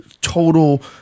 total